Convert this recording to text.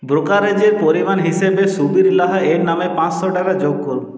ব্রোকারেজের পরিমাণ হিসেবে সুবীর লাহা এর নামে পাঁচশো টাকা যোগ করুন